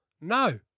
no